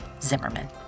Zimmerman